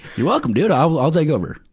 you're welcome, dude i'll, i'll take over.